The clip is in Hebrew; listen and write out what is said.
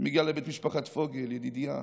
אתה מגיע לבית משפחת פוגל, ידידיה,